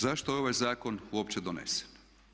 Zašto je ovaj zakon uopće donesen?